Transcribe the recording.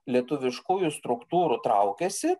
lietuviškųjų struktūrų traukiasi